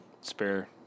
spare